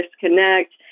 disconnect